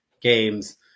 games